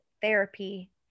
therapy